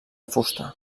fusta